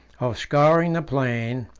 of scouring the plain,